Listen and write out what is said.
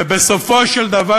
ובסופו של דבר,